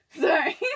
Sorry